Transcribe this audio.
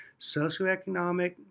socioeconomic